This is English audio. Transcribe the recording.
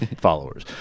followers